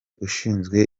ushinzwe